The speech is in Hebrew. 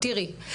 תראי,